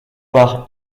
par